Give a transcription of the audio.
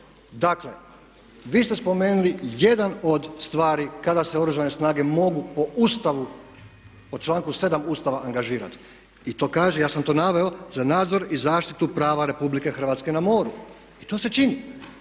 Dakle, vi ste spomenuli jednu od stvari kada se Oružane snage mogu po Ustavu po članku 7. Ustava angažirati. I to kaže, ja sam to naveo za nadzor i zaštitu prava Republike Hrvatske na moru. To se čini.